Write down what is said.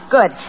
Good